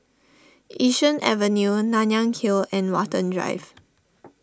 Yishun Avenue Nanyang Hill and Watten Drive